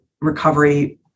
recovery